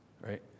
right